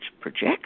projection